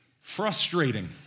frustrating